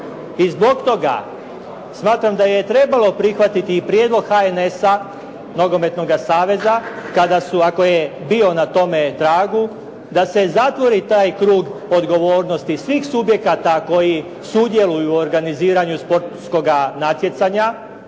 I zbog toga smatram da je trebalo prihvatiti i prijedlog HNS-a nogometnoga saveza, kada su, ako je bio na tome tragu da se zatvori taj krug odgovornosti i svih subjekata koji sudjeluju u organiziranju sportskoga natjecanja.